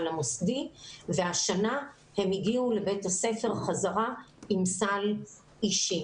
המוסדי והשנה הם הגיעו לבית הספר בחזרה עם סל אישי.